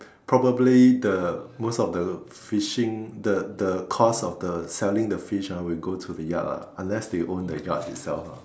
probably the most of the fishing the the cost of the selling the fish ah will go to the yard ah unless they own the yard itself ah